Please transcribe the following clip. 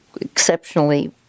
exceptionally